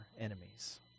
enemies